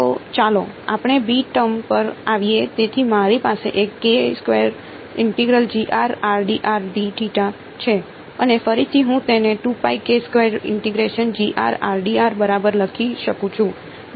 તો ચાલો આપણે b ટર્મ પર આવીએ તેથી મારી પાસે એક છે અને ફરીથી હું તેને બરાબર લખી શકું છું